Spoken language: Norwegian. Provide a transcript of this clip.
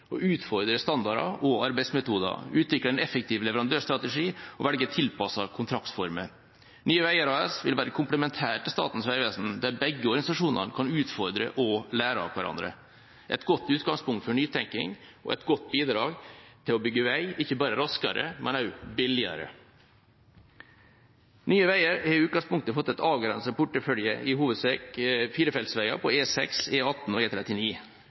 utfordre standarder og arbeidsmetoder, utvikle en effektiv leverandørstrategi og velge tilpassede kontraktsformer. Nye Veier AS vil være komplementær til Statens vegvesen, og begge organisasjonene kan utfordre og lære av hverandre. Det er et godt utgangspunkt for nytenkning og et godt bidrag til å bygge vei, ikke bare raskere, men også billigere. Nye Veier har i utgangspunktet fått en avgrenset portefølje: i hovedsak firefeltsveier på E6, E18 og E39. De endringene som nå er foreslått i veglova og